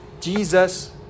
Jesus